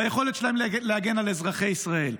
ביכולת שלהם להגן על אזרחי ישראל.